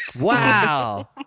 Wow